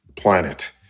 planet